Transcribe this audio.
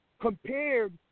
compared